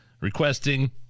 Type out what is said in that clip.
requesting